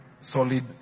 solid